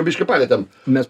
biškį palietėm mes